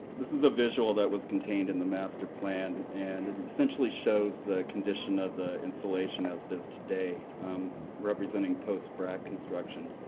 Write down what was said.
this is a visual that was contained in the master plan, and it essentially shows the condition of the installation as it is today representing post-brac construction.